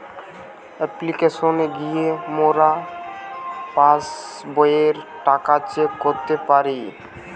অপ্লিকেশনে গিয়ে মোরা পাস্ বইয়ের টাকা চেক করতে পারি